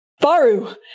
Baru